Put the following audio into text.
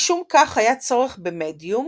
משום כך היה צורך במדיום